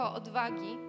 odwagi